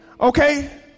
Okay